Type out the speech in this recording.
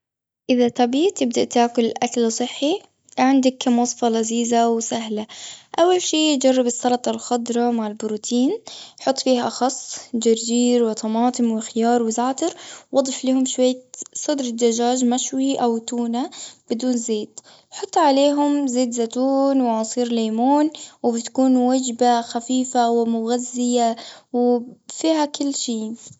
إذا تبي تبدأ تاكل أكل صحي، عندك كم وصفة لذيذة وسهلة. أول شي جرب السلطة الخضرا مع البروتين، حط فيها خسّ، جرجير، وطماطم، وخيار، وزعتر، وأضف لهم شوية صدر الدجاج مشوي، أو تونة بدون زيت. حط عليهم زيت زيتون، وعصير ليمون. وبتكون وجبة خفيفة ومغذية و فيها كل شي.